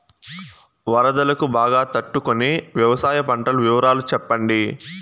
వరదలకు బాగా తట్టు కొనే వ్యవసాయ పంటల వివరాలు చెప్పండి?